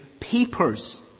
papers